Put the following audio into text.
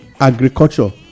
agriculture